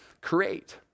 create